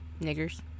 Niggers